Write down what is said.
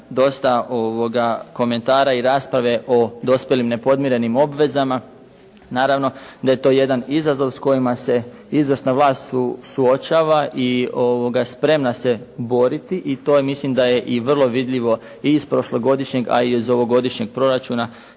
dosta komentara i rasprave o dospjelim nepodmirenim obvezama. Naravno da je to jedan izazov s kojima se izvršna vlast suočava i spremna se boriti i to mislim da je i vrlo vidljivo i iz prošlogodišnjeg, a i iz ovogodišnjeg proračuna.